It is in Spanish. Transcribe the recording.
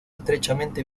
estrechamente